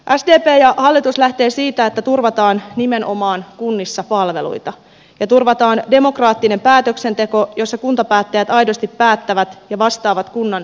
sdp ja hallitus lähtevät siitä että turvataan nimenomaan kunnissa palveluita ja turvataan demokraattinen päätöksenteko jossa kuntapäättäjät aidosti päättävät ja vastaavat kunnan palveluista